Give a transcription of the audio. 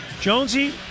Jonesy